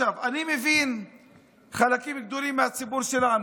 אני מבין חלקים גדולים מהציבור שלנו,